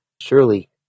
surely